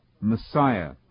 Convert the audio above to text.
Messiah